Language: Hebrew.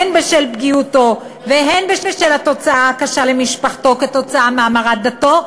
הן בשל פגיעותו ושל בשל התוצאה הקשה למשפחתו מהמרת דתו,